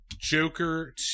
Joker